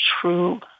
true